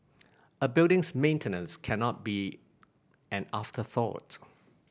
a building's maintenance cannot be an afterthought